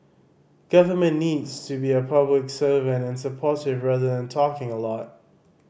government needs to be a public servant and supportive rather than talking a lot